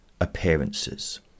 appearances